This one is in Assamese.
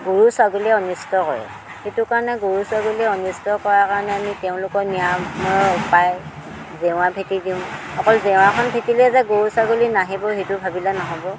গৰু ছাগলীয়ে অনিষ্ট কৰে সেইটো কাৰণে গৰু ছাগলীয়ে অনিষ্ট কৰাৰ কাৰণে আমি তেওঁলোকৰ নিৰাময়ৰ উপায় জেওৰা ভেটি দিওঁ অকল জেওৰাখন ভেটিলেই যে গৰু ছাগলী নাহিব সেইটো ভাবিলে নহ'ব